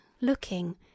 looking